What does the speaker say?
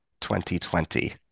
2020